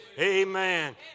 Amen